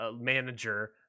manager